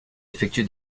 effectue